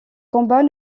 combats